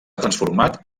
transformat